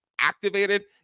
activated